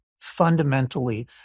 fundamentally